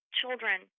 children